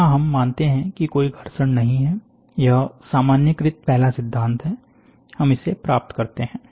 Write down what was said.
यहां हम मानते हैं कि कोई घर्षण नहीं है यह सामान्यीकृत पहला सिद्धांत है हम इसे प्राप्त करते हैं